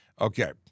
Okay